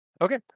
Okay